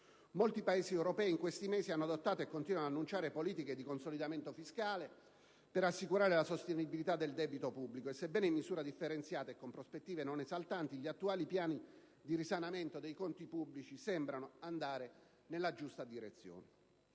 Molti Paesi europei, in questi mesi, hanno adottato e continuano ad annunciare politiche di consolidamento fiscale per assicurare la sostenibilità del debito pubblico e, sebbene in misura differenziata e con prospettive non esaltanti, gli attuali piani di risanamento dei conti pubblici sembrano andare nella giusta direzione.